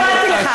לא הפרעתי לך.